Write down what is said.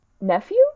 nephew